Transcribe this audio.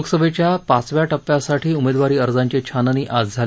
लोकसभेच्या पाचव्या टप्प्यासाठी उमेदवारी अर्जांची छाननी आज झाली